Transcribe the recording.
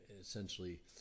Essentially